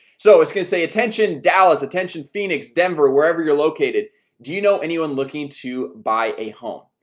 so it's going to say attention dallas attention phoenix denver wherever you're located do you know anyone looking to buy a home?